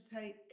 take